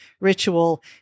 ritual